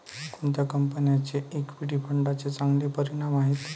कोणत्या कंपन्यांचे इक्विटी फंडांचे चांगले परिणाम आहेत?